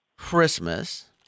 Christmas